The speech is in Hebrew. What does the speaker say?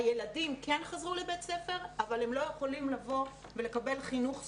הילדים כן חזרו לבית ספר אבל הם לא יכולים לבוא ולקבל חינוך ספורטיבי.